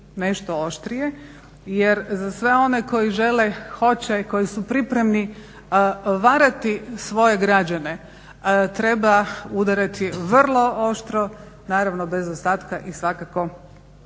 nešto oštrije jer za sve one koji žele, hoće, koji su pripremni varati svoje građane treba udarati vrlo oštro, naravno bez ostatka i svakako